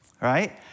Right